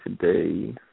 today